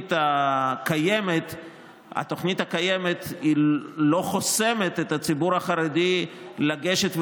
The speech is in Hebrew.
התוכנית הקיימת לא חוסמת את הציבור החרדי מלגשת,